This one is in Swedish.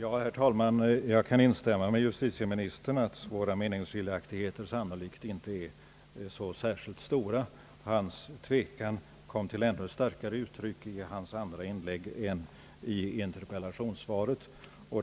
Herr talman! Jag kan instämma med justitieministern när han hävdar att våra meningsskiljaktigheter sannolikt inte är så särskilt stora. Justitieministerns tvekan kom till ännu starkare ut 2 tryck i hans andra inlägg än i interpellationssvaret.